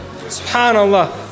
Subhanallah